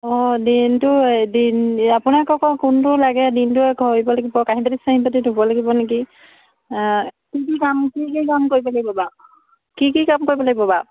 অঁ দিনটো দিন আপোনাক আকৌ কোনটো লাগে দিনটোৱে কৰিব লাগিব কাঁহী বাতি চাহি বাতি ধুব লাগিব নেকি কি কি কাম কি কি কাম কৰিব লাগিব বাৰু কি কি কাম কৰিব লাগিব বাৰু